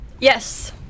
Yes